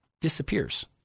disappears